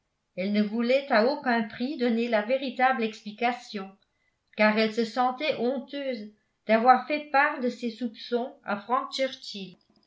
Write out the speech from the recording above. elle ne voulait à aucun prix donner la véritable explication car elle se sentait honteuse d'avoir fait part de ses soupçons à frank